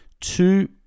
two